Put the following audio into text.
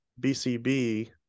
BCB